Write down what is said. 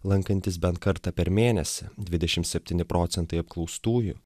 lankantys bent kartą per mėnesį dvidešimt septyni procentai apklaustųjų